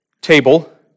table